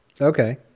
okay